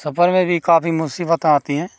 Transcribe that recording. सफर में भी काफ़ी मुसीबत आती हैं